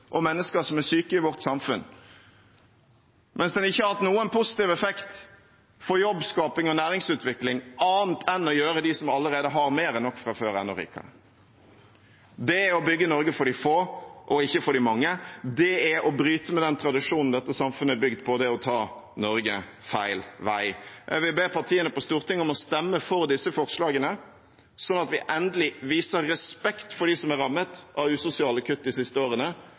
og mennesker som er syke i vårt samfunn, mens den ikke har hatt noen positiv effekt for jobbskaping og næringsutvikling, annet enn å gjøre dem som allerede har mer enn nok fra før, enda rikere. Det er å bygge Norge for de få, ikke for de mange. Det er å bryte med den tradisjonen dette samfunnet er bygd på. Det er å ta Norge feil vei. Jeg vil be partiene på Stortinget om å stemme for disse forslagene, sånn at vi endelig viser respekt for dem som er rammet av usosiale kutt de siste årene,